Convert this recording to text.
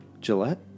Gillette